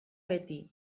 beti